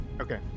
Okay